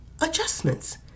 adjustments